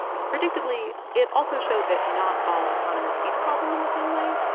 predictably, it also showed that not all economists see the problem in the same way.